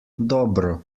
dobro